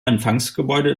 empfangsgebäude